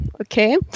okay